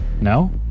No